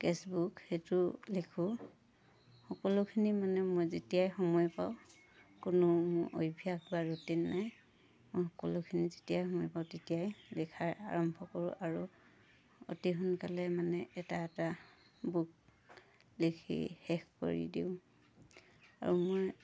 cashbook সেইটো লিখোঁ সকলোখিনি মানে মই যেতিয়াই সময় পাওঁ কোনো অভ্যাস বা ৰুটিন নাই মই সকলোখিনি যেতিয়াই সময় পাওঁ তেতিয়াই লিখাৰ আৰম্ভ কৰোঁ আৰু অতি সোনকালে মানে এটা এটা বুক লিখি শেষ কৰি দিওঁ আৰু মই